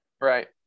right